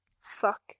Fuck